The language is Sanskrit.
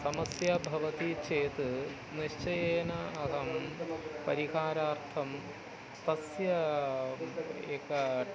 समस्या भवति चेत् निश्चयेन अहं परिहारार्थं तस्य एकम्